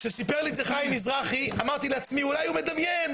כשסיפר לי את זה חיים מזרחי אמרתי לעצמי אולי הוא מדמיין,